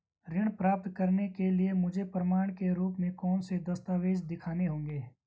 ऋण प्राप्त करने के लिए मुझे प्रमाण के रूप में कौन से दस्तावेज़ दिखाने होंगे?